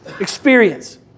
experience